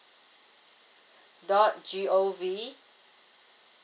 dot G O V